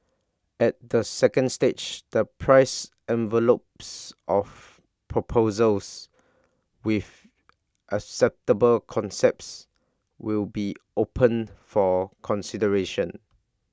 at the second stage the price envelopes of proposals with acceptable concepts will be opened for consideration